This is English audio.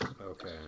Okay